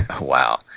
Wow